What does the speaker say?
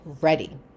ready